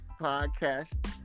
podcast